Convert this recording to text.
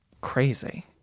crazy